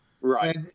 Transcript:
Right